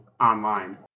online